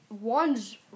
one's